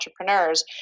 entrepreneurs